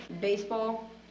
baseball